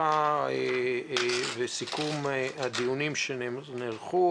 הפתיחה וסיכום הדיונים שנערכו.